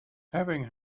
having